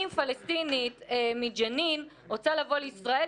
אם פלסטינית מג'נין רוצה לבוא לישראל,